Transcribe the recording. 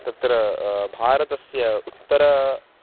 तत्र भारतस्य उत्तरे